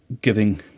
giving